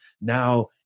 now